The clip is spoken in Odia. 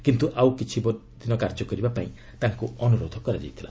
କିନ୍ତୁ ଆଉ କିଛିଦିନ କାର୍ଯ୍ୟ କରିବାପାଇଁ ତାଙ୍କୁ ଅନୁରୋଧ କରାଯାଇଥିଲା